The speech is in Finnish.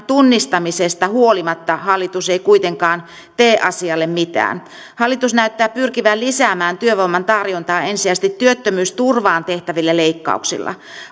tunnistamisesta huolimatta hallitus ei kuitenkaan tee asialle mitään hallitus näyttää pyrkivän lisäämään työvoiman tarjontaa ensisijaisesti työttömyysturvaan tehtävillä leikkauksilla